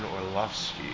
Orlovsky